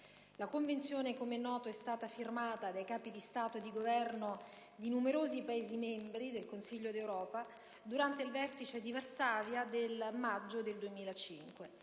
La Convenzione, com'è noto, è stata firmata dai Capi di Stato e di Governo di numerosi Paesi membri del Consiglio d'Europa durante il vertice di Varsavia del maggio del 2005.